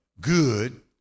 good